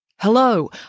Hello